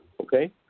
Okay